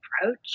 approach